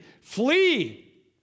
flee